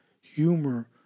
humor